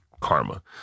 Karma